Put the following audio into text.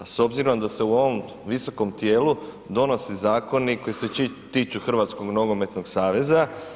S obzirom da se u ovom visokom tijelu donosi zakoni koji se tiču Hrvatskog nogometnog saveza.